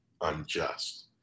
unjust